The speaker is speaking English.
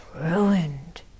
ruined